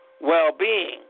well-being